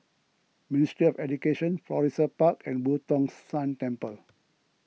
Ministry of Education Florissa Park and Boo Tong San Temple